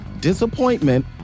disappointment